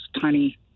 tiny